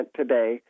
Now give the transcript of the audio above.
today